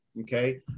okay